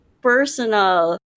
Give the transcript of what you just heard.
personal